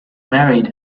married